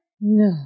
No